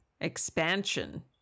Expansion